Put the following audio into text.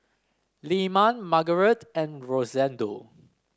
Lyman Margarete and Rosendo